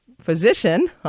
physician